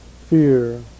fear